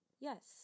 yes